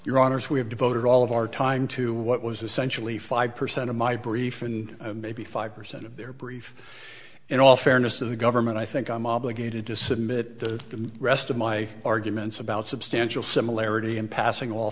your honors we have devoted all of our time to what was essentially five percent of my brief and maybe five percent of their brief in all fairness to the government i think i'm obligated to submit the rest of my arguments about substantial similarity in passing all